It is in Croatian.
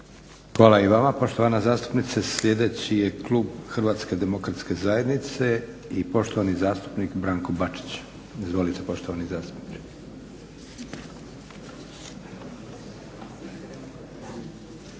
Hvala i vama poštovana zastupnice. Sljedeći je klub HDZ-a i poštovani zastupnik Branko Bačić. Izvolite poštovani zastupniče.